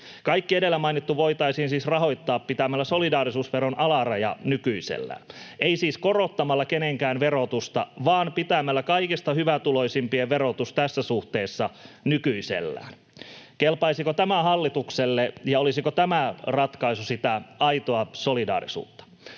Kaikki edellä mainittu voitaisiin siis rahoittaa pitämällä solidaarisuusveron alaraja nykyisellään, ei siis korottamalla kenenkään verotusta vaan pitämällä kaikista hyvätuloisimpien verotus tässä suhteessa nykyisellään. Kelpaisiko tämä hallitukselle, ja olisiko tämä ratkaisu sitä aitoa solidaarisuutta?